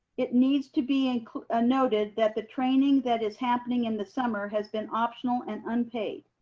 it needs to be ah ah noted that the training that is happening in the summer has been optional and unpaid.